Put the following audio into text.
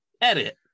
edit